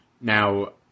Now